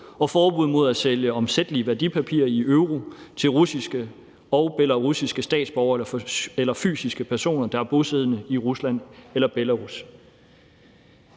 og forbud mod at sælge omsættelige værdipapirer i euro til russiske og belarusiske statsborgere eller personer, der er bosiddende i Rusland eller Belarus.